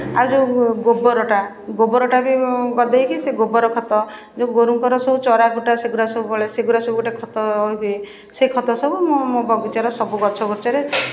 ଆଉ ଯେଉଁ ଗୋବରଟା ଗୋବରଟା ବି ଗଦେଇକି ସେ ଗୋବର ଖତ ଯେଉଁ ଗୋରୁଙ୍କର ସବୁ ଚରା କୁଟା ସେ ଗୁଡ଼ା ସବୁ ବଳେ ସେଗୁଡ଼ା ସବୁ ଗୋଟେ ଖତ ହୁଏ ସେ ଖତ ସବୁ ମୁଁ ମୋ ବଗିଚାର ସବୁ ଗଛ ଫଛରେ